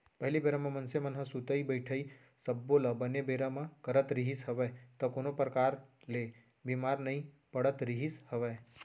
पहिली बेरा म मनसे मन ह सुतई बइठई सब्बो ल बने बेरा म करत रिहिस हवय त कोनो परकार ले बीमार नइ पड़त रिहिस हवय